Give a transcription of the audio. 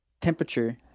temperature